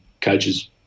coaches